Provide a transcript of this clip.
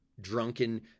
drunken